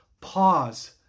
pause